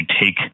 take